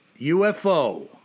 UFO